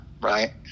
right